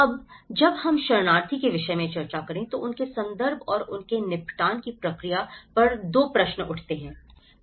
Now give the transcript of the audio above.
अब जब हम शरणार्थी के विषय में चर्चा करें तो उनके संदर्भ और उनके निपटान की प्रक्रिया पर दो प्रश्न उठते हैं